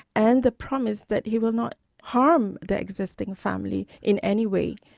and the promise that he will not harm the existing family in any way.